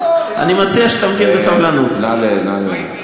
זה לא יעזור.